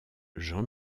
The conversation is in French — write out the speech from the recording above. jean